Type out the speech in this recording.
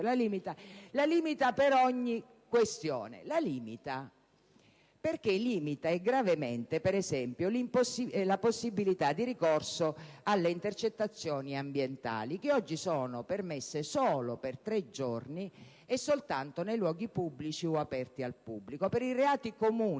lo limita per ogni questione. Lo limita perché limita, e gravemente, per esempio, la possibilità di ricorso alle intercettazioni ambientali, che oggi sono permesse solo per tre giorni e soltanto nei luoghi pubblici o aperti al pubblico per i reati comuni.